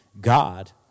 God